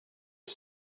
get